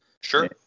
Sure